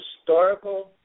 historical